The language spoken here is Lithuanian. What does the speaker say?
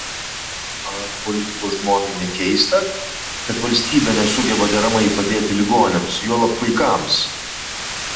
ar politiko žmonai nekeista kad valstybė nesugeba deramai padėti ligoniams juolab vaikams